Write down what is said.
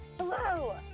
Hello